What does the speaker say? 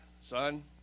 son